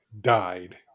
died